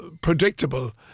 predictable